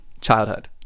Childhood